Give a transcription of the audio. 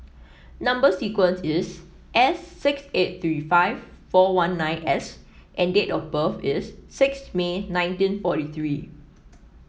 number sequence is S six eight three five four one nine S and date of birth is sixth May nineteen forty three